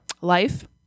life